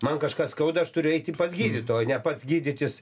man kažką skauda aš turiu eiti pas gydytoją ne pats gydytis